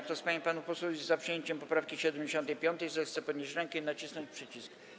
Kto z pań i panów posłów jest za przyjęciem poprawki 75., zechce podnieść rękę i nacisnąć przycisk.